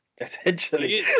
essentially